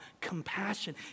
compassion